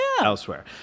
elsewhere